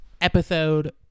episode